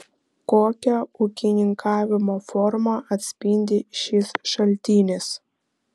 kokią ūkininkavimo formą atspindi šis šaltinis